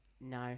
No